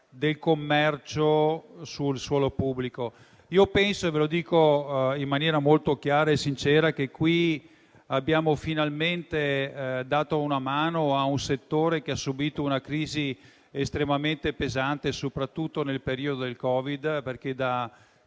del commercio sul suolo pubblico. Io penso - e ve lo dico in maniera molto chiara e sincera - che in questo caso abbiamo finalmente dato una mano a un settore che ha subito una crisi estremamente pesante, soprattutto nel periodo del Covid, perché da